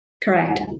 Correct